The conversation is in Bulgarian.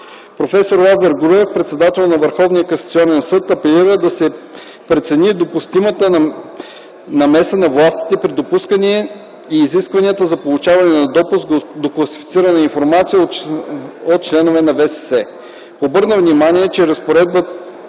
Професор Лазар Груев – председател на Върховния касационен съд, апелира да се прецени допустимата намеса на властите при допуска и изискванията за получаване на допуск до класифицирана информация от членове на ВСС. Обърна внимание, че разпоредба,